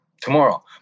tomorrow